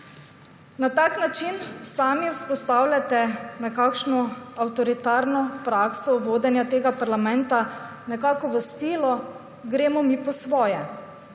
Na tak način sami vzpostavljate nekakšno avtoritarno prakso vodenja tega parlamenta, nekako v stilu »gremo mi po svoje«,